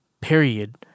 period